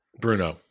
Bruno